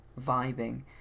vibing